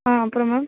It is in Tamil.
ஆ அப்புறம் மேம்